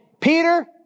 Peter